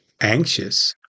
anxious